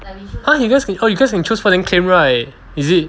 !huh! you guys can orh you cause guys can choose first then claim right is it